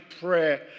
prayer